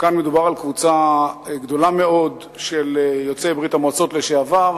כאן מדובר על קבוצה גדולה מאוד של יוצאי ברית-המועצות לשעבר.